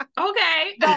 okay